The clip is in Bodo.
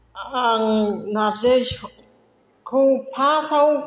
आं नारजिखौ फार्स्टआव